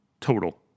total